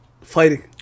Fighting